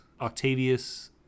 Octavius